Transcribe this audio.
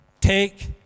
Take